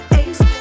ace